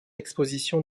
exposition